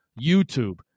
YouTube